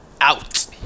out